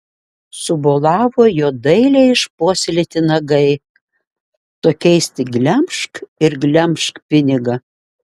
subolavo jo dailiai išpuoselėti nagai tokiais tik glemžk ir glemžk pinigą